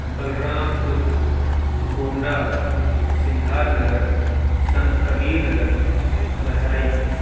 Balrampur Gonda Siddharth Nagar Sant Kabir Nagar Bahraich